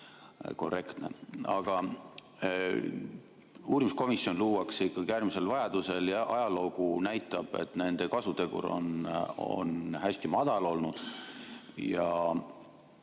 korrektne. Aga uurimiskomisjon luuakse ikkagi äärmisel vajadusel ja ajalugu näitab, et nende kasutegur on hästi madal olnud, ja